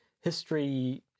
history